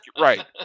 right